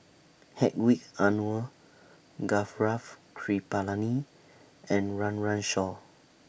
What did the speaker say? Hedwig Anuar Gaurav Kripalani and Run Run Shaw